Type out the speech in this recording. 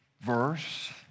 verse